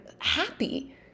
happy